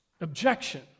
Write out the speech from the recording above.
Objection